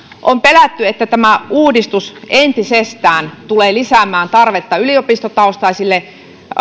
on pelätty että tämä uudistus entisestään tulee lisäämään tarvetta yliopistotaustaisille